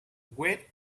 wait